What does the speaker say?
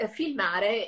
filmare